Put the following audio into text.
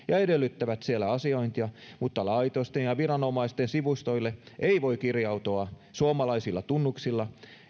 ja edellyttävät siellä asiointia mutta laitosten ja viranomaisten sivustoille ei voi kirjautua suomalaisilla tunnuksilla